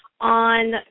on